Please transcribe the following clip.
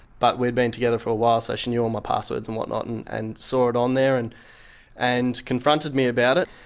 but we'd been together for a while so she knew all my passwords and whatnot and and saw it on there and and confronted me about it.